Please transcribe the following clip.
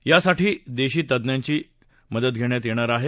यासाठी विदेशी तंज्ञांची मदत घेण्यात येणार आहे